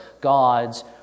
God's